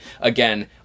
Again